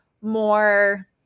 more